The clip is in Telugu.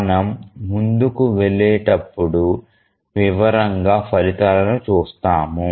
మనము ముందుకు వెళ్ళేటప్పుడు వివరంగా ఫలితాలను చూస్తాము